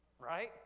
Right